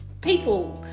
people